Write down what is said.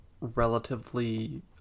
relatively